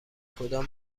کدام